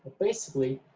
basically,